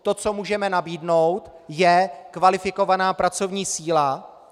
To, co můžeme nabídnout, je kvalifikovaná pracovní síla.